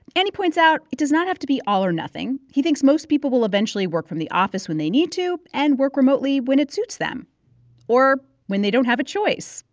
and he points out it does not have to be all or nothing. he thinks most people will eventually work from the office when they need to and work remotely when it suits them or when they don't have a choice,